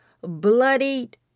bloodied